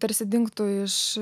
tarsi dingtų iš